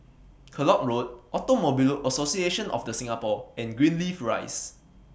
Kellock Road Automobile Association of The Singapore and Greenleaf Rise